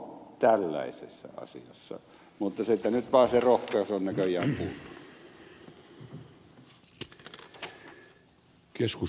tällaisissa asioissa mutta sitten pasi tällaisessa asiassa